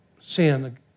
sin